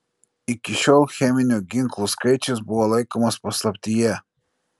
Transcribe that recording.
iki šiol cheminių ginklų skaičius buvo laikomas paslaptyje